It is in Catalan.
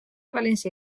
valència